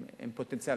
הם פוטנציאל.